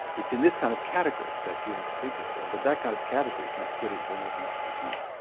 it's in this kind of category that you have to think about it, but that kind of category can't fit into a mechanistic account.